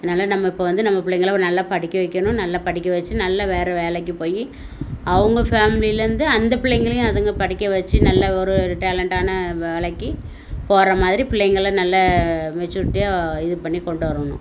அதனால நம்ம இப்போ வந்து நம்ம புள்ளைங்களை ஒரு நல்லா படிக்க வைக்கணும் நல்ல படிக்க வச்சு நல்ல வேறு வேலைக்கு போய் அவங்க ஃபேமிலியிலேருந்து அந்த பிள்ளைங்களையும் அதுங்க படிக்க வச்சு நல்ல ஒரு ஒரு டேலண்ட்டான வேலைக்கு போகிறமாதிரி புள்ளைங்களை நல்ல மெச்சூரிட்டியாக இது பண்ணி கொண்டு வரணும்